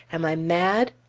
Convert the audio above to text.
am i mad?